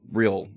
real